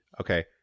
Okay